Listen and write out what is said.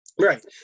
Right